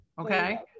Okay